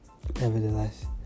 nevertheless